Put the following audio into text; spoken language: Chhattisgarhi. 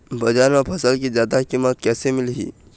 बजार म फसल के जादा कीमत कैसे मिलही?